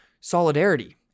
solidarity